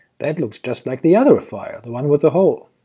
that looks just like the other file, the one with the hole.